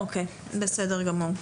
בסדר גמור.